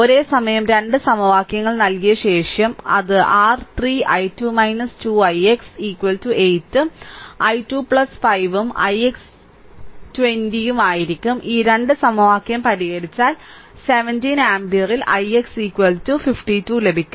ഒരേസമയം 2 സമവാക്യങ്ങൾ നൽകിയ ശേഷം അത് r 3 i2 2 ix ' 8 ഉം i2 5 ഉം ix' 20 ഉം ആയിരിക്കും ഈ 2 സമവാക്യം പരിഹരിച്ചാൽ 17 ആമ്പിയറിൽ ix ' 52 ലഭിക്കും